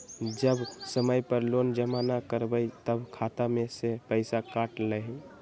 जब समय पर लोन जमा न करवई तब खाता में से पईसा काट लेहई?